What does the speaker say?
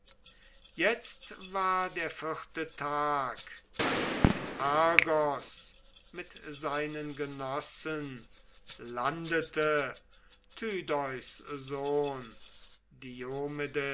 jetzt war der vierte tag als in argos mit seinen genossen landete tydeus sohn